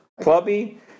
Clubby